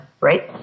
right